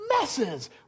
messes